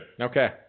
okay